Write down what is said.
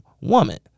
Woman